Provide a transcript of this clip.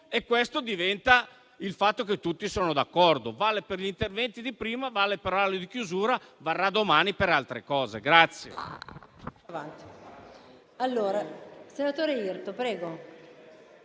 e questo significa che tutti sono d'accordo. Vale per gli interventi di prima, vale per l'orario di chiusura, varrà domani per altre questioni.